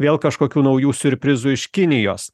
vėl kažkokių naujų siurprizų iš kinijos